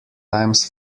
times